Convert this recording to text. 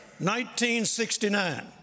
1969